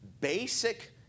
basic